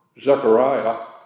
Zechariah